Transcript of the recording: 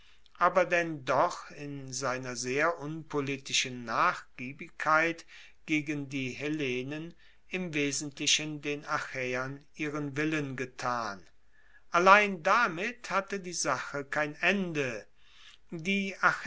aber denn doch in seiner sehr unpolitischen nachgiebigkeit gegen die hellenen im wesentlichen den achaeern ihren willen getan allein damit hatte die sache kein ende die